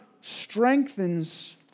strengthens